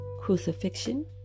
crucifixion